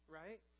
right